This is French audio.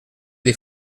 des